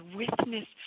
witness